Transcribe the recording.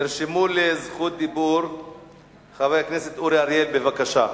נרשמו לדיבור חבר הכנסת אורי אריאל, בבקשה,